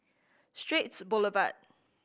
Straits Boulevard